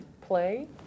Play